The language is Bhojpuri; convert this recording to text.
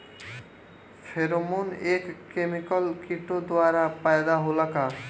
फेरोमोन एक केमिकल किटो द्वारा पैदा होला का?